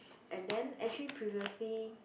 and then actually previously